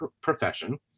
profession